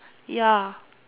ya